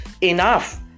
enough